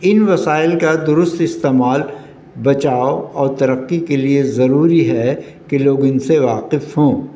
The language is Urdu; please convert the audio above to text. ان وسائل کا درست استعمال بچاؤ اور ترقی کے لیے ضروری ہے کہ لوگ ان سے واقف ہوں